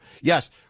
Yes